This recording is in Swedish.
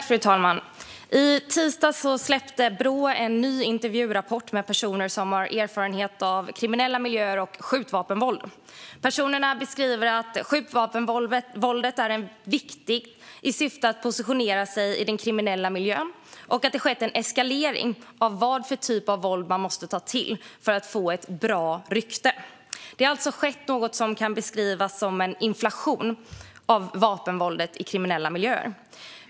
Fru talman! I tisdags släppte Brå en ny intervjurapport om personer som har erfarenhet av kriminella miljöer och skjutvapenvåld. Personerna beskriver att skjutvapenvåldet är ett medel man tar till i syfte att positionera sig i den kriminella miljön och att det har skett en eskalering när det gäller vad för våld man måste ta till för att få ett bra rykte. Det har alltså skett något som kan beskrivas som en inflation av vapenvåldet i kriminella miljöer.